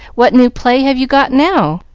what new play have you got now?